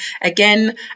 again